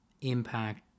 impact